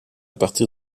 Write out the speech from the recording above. partir